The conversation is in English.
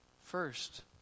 first